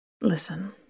listen